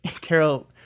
Carol